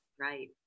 Right